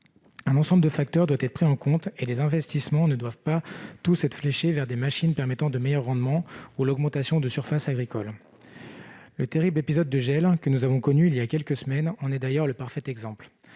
Un ensemble de facteurs doit être pris en compte et les investissements ne doivent pas tous être fléchés vers des machines permettant de meilleurs rendements ou l'augmentation des surfaces agricoles. Le terrible épisode de gel que nous avons connu il y a quelques semaines en est d'ailleurs le parfait exemple